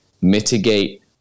mitigate